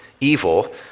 evil